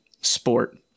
sport